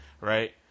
right